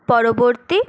পরবর্তী